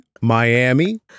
Miami